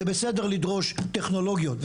זה בסדר לדרוש טכנולוגיות,